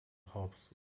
hobbes